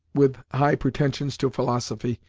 with high pretentions to philosophy,